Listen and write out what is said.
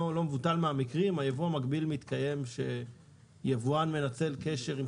מבוטל מהמקרים היבוא המקביל מתקיים שיבואן מנצל קשר עם